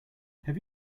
have